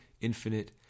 infinite